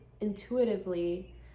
intuitively